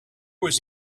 was